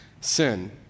sin